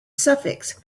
suffix